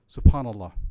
Subhanallah